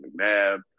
McNabb